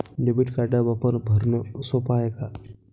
Debit कार्डचा वापर भरनं सोप हाय का?